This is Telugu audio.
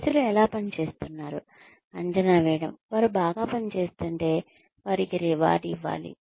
ప్రజలు ఎలా పని చేస్తున్నారు అంచనా వేయడం వారు బాగా పనిచేస్తుంటే వారికి రివార్డ్ ఇవ్వాలి